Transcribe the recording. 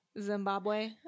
Zimbabwe